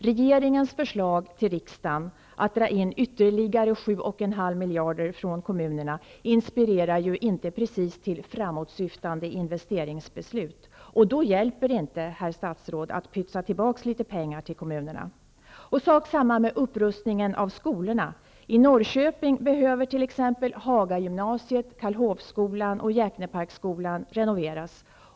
Regeringens förslag till riksdagen att dra in ytterligare 7,5 miljarder från kommunerna inspirerar inte precis till framåtsyftande investeringsbeslut. Då hjälper det inte, herr statsråd, att pytsa tillbaka litet pengar till kommunerna. Detsamma gäller upprustningen av skolorna. I Norrköping behöver t.ex. Hagagymnasiet, Karlshovsskolan och Djäkneparksskolan renoveras.